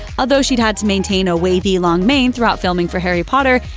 although she'd had to maintain a wavy, long mane throughout filming for harry potter,